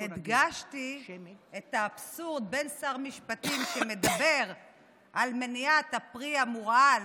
והדגשתי את האבסורד בין שר משפטים שמדבר על מניעת הפרי המורעל,